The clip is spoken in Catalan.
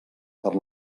per